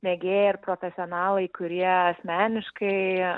mėgėjai ir profesionalai kurie asmeniškai